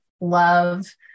Love